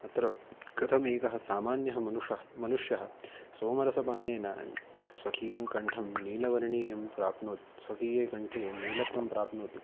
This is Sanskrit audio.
तत्र कथमेकः सामान्यः मनुष्यः मनुष्यः सोमरसपानेन स्वकीयं कण्ठं नीलवर्णीयं प्राप्नोत् स्वकीये कण्ठे नीलत्वं प्राप्नोति